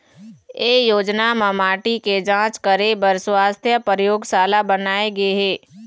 ए योजना म माटी के जांच करे बर सुवास्थ परयोगसाला बनाए गे हे